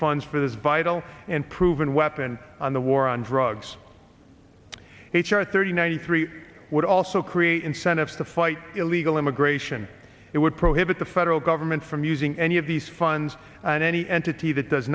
funds for this vital and proven weapon on the war on drugs h r thirty nine three would also create incentives to fight illegal immigration it would prohibit the federal government from using any of these funds and any entity that does